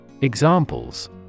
Examples